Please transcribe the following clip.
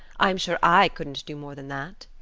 i'm sure i couldn't do more than that.